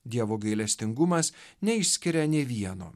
dievo gailestingumas neišskiria nė vieno